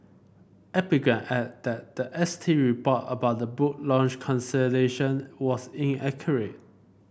epigram added that the S T report about the book launch cancellation was inaccurate